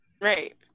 Right